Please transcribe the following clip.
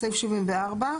בסעיף 74,